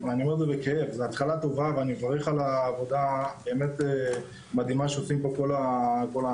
זו התחלה טובה ואני מברך על העבודה המדהימה שעושים פה כל האנשים